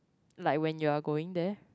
like when you are going there